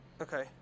Okay